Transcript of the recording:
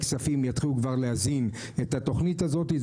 שבאחת הישיבות של ועדת הכספים יתחילו כבר להזין את התוכנית הזאת.